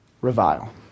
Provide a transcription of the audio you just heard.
revile